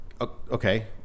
Okay